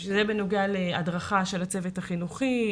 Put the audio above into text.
בנוגע להדרכת הצוות החינוכי,